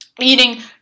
eating